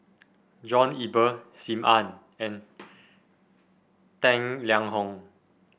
John Eber Sim Ann and Tang Liang Hong